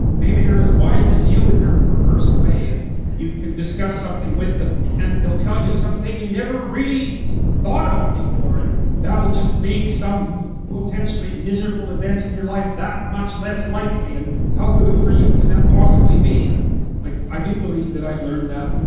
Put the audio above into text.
maybe they're as wise as you in their perverse way and you can discuss something with them ah and they'll tell you something you've never really thought of before, and that'll just make some potentially miserable event in your like that much less likely and how good for you can that possibly be? um like i do believe that i've learned that,